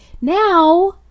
now